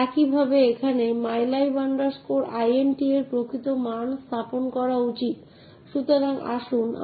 এভাবে আমরা দেখতে পাচ্ছি যে একটি প্রক্রিয়া একটি ফাইল তৈরি করতে পারে যার অর্থ এই প্রক্রিয়াটির সাথে সংশ্লিষ্ট ঘরে এবং এই ফাইলটিতে মালিকানা বৈশিষ্ট্য যুক্ত করা হয়েছে